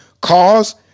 cause